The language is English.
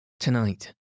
Tonight